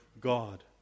God